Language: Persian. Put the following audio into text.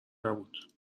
نبود